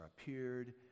appeared